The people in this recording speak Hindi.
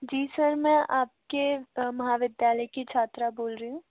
जी सर मैं आपके महाविद्यालय की छात्रा बोल रही हूँ